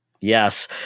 Yes